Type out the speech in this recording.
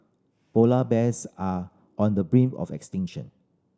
polar bears are on the brink of extinction